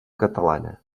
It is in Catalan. catalana